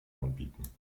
anbieten